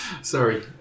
Sorry